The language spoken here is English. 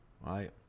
right